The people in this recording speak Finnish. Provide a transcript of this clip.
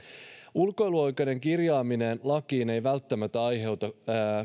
ulkoiluoikeuden kirjaaminen lakiin ei välttämättä aiheuta